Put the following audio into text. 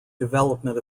development